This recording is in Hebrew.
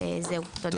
תודה.